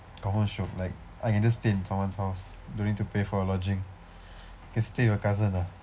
confirm shiok like I can just stay in someone's house don't need to pay for lodging can stay with my cousin ah